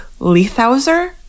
Leithauser